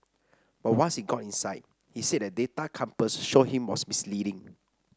but once he got inside he said the data compass showed him was misleading